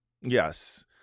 yes